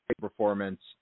performance